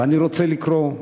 ואני רוצה לקרוא,